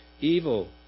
evil